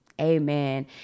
Amen